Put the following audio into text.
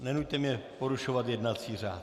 Nenuťte mě porušovat jednací řád.